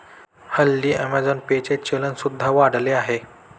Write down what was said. हल्ली Amazon Pay चे चलन सुद्धा वाढले आहे